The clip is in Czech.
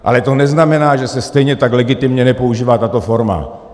Ale to neznamená, že se stejně tak legitimně nepoužívá tato forma.